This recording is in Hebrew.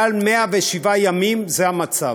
מעל 107 ימים זה המצב.